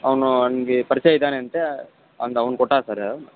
ಅವನು ಹಂಗೆ ಪರಿಚಯ ಇದ್ದಾನೆ ಅಂತೆ ಅಂದು ಅವ್ನು ಕೊಟ್ಟ ಸರ